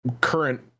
current